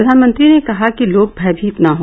प्रधानमंत्री ने कहा कि लोग भयभीत न हो